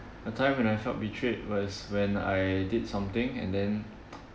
a time when I felt betrayed was when I did something and then